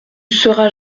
seras